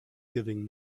giving